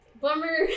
bummer